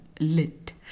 Lit